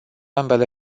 ambele